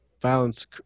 violence